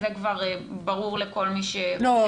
זה כבר ברור לכל מי ש --- לא,